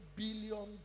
billion